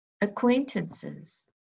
Acquaintances